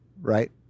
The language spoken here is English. Right